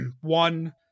one